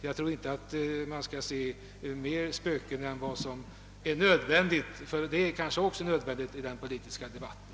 Jag tror inte man skall se fler spöken än vad som är nödvändigt — och det är kanske nödvändigt att se sådana i den politiska debatten.